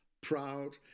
proud